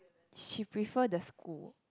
she prefer the school